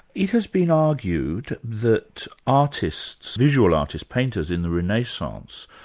it has been argued that artists, visual artists, painters in the renaissance,